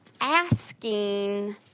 asking